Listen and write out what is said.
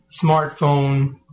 smartphone